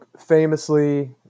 famously